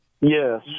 Yes